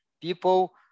people